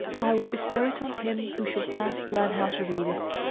i will bestow it on him who shall first learn how to read it.